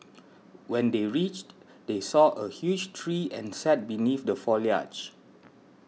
when they reached they saw a huge tree and sat beneath the foliage